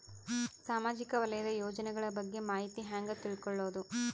ಸಾಮಾಜಿಕ ವಲಯದ ಯೋಜನೆಗಳ ಬಗ್ಗೆ ಮಾಹಿತಿ ಹ್ಯಾಂಗ ತಿಳ್ಕೊಳ್ಳುದು?